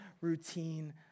routine